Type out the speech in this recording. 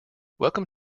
welcome